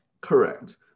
Correct